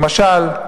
למשל: